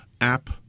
app